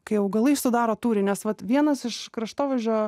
kai augalai sudaro tūrį nes vat vienas iš kraštovaizdžio